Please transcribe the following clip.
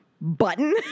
button